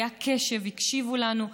היה קשב, הקשיבו לנו.